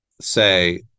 say